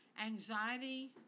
anxiety